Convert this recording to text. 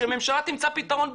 שהממשלה תמצא פתרון בלעדיו.